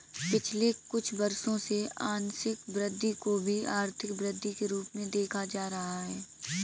पिछले कुछ वर्षों से आंशिक वृद्धि को भी आर्थिक वृद्धि के रूप में देखा जा रहा है